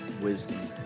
wisdom